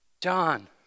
John